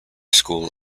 school